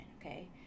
okay